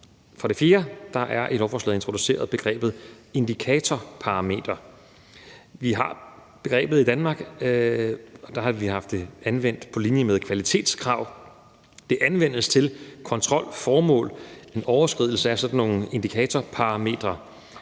begrebet indikatorparameter introduceret i lovforslaget. Vi har begrebet i Danmark, og vi har haft det anvendt på linje med kvalitetskrav. Det anvendes til kontrolformål. En overskridelse af sådan nogle indikatorparametre